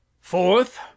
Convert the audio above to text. Fourth